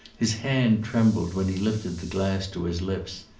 his hand trembled when he lifted the glass to his lips.